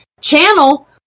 channel